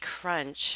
crunch